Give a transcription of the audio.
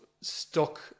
stuck